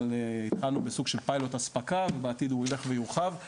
התחלנו בסוג של פיילוט אספקה ובעתיד הוא יילך ויורחב,